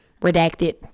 redacted